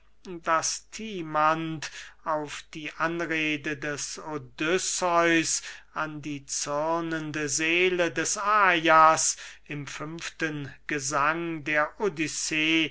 daß timanth auf die anrede des odysseus an die zürnende seele des ajas im fünften gesang der odyssee